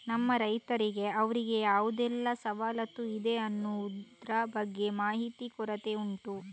ನಮ್ಮ ರೈತರಿಗೆ ಅವ್ರಿಗೆ ಯಾವುದೆಲ್ಲ ಸವಲತ್ತು ಇದೆ ಅನ್ನುದ್ರ ಬಗ್ಗೆ ಮಾಹಿತಿ ಕೊರತೆ ಉಂಟು